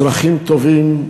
אזרחים טובים,